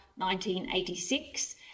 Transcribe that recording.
1986